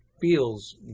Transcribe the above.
feels